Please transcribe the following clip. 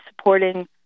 supporting